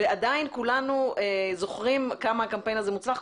50. ועדיין כולנו זוכרים כמה הקמפיין הזה מוצלח.